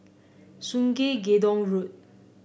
Sungei Gedong Road